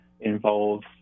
involves